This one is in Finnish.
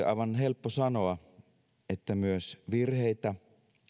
aivan helppo sanoa että myös virheitä